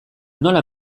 nola